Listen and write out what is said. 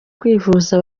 kwivuza